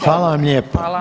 Hvala vam lijepa.